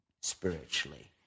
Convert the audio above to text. spiritually